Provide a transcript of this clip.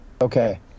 Okay